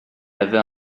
avait